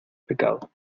pecado